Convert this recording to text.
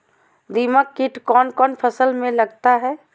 दीमक किट कौन कौन फसल में लगता है?